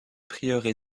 prieuré